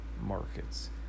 markets